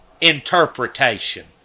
interpretation